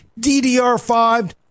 DDR5